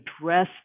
address